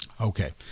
Okay